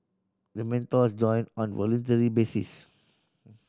the mentors join on voluntary basis